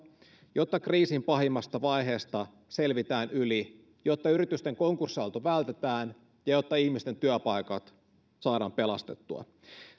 jotta kriisin pahimmasta vaiheesta selvitään yli jotta yritysten konkurssiaalto vältetään ja jotta ihmisten työpaikat saadaan pelastettua